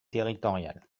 territorial